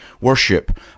worship